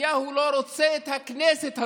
נתניהו לא רוצה את הכנסת הזאת.